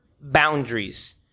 boundaries